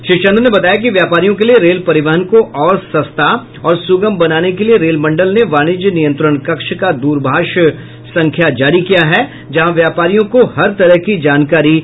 श्री चंद्र ने बताया कि व्यापारियों के लिये रेल परिवहन को और सस्ता और सुगम बनाने के लिये रेल मंडल ने वाणिज्य नियंत्रण कक्ष का द्रभाष संख्या जारी किया है जहां व्यापारियों को हर तरह की जानकारी मुहैया करायी जायेगी